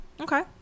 Okay